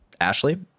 Ashley